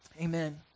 amen